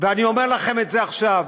ואני אומר לכם את זה עכשיו,